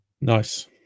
Nice